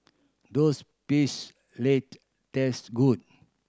does peace led taste good